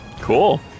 Cool